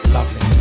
Lovely